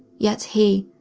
yet he,